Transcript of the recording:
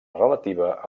relativa